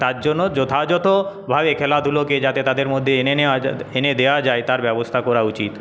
তার জন্য যথাযথ ভাবে খেলাধুলোকে যাতে তাদের মধ্যে এনে নেওয়া এনে দেওয়া যায় তার ব্যবস্থা করা উচিত